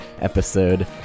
episode